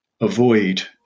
avoid